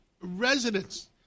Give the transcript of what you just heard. residents